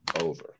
over